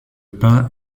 pin